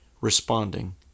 responding